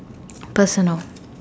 personal